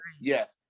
yes